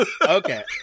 Okay